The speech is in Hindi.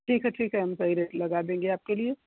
ठीक है ठीक है हम सही रेट लगा देंगे आपके लिए